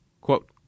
Quote